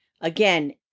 again